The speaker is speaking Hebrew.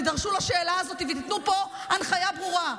תידרשו לשאלה הזו ותיתנו פה הנחיה ברורה: